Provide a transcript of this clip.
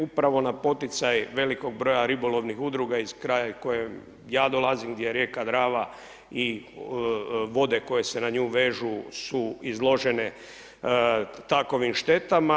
Upravo na poticaj velikog broja ribolovnih udruga iz kraja iz kojeg ja dolazi gdje je rijeka Drava i vode koje se na nju vežu su izložene takovim štetama.